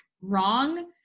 wrong